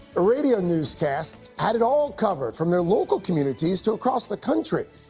ah radio newscasts had it all covered from their local communities to across the country.